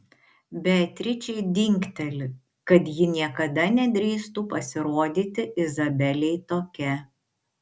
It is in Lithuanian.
beatričei dingteli kad ji niekada nedrįstų pasirodyti izabelei tokia